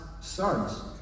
sons